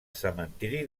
cementiri